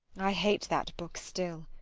i hate that book still.